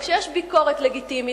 אבל כשיש ביקורת לגיטימית,